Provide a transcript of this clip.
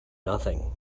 nothing